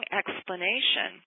explanation